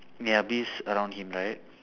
ya bees around him right